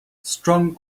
strong